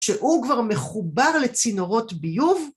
שהוא כבר מחובר לצינורות ביוב.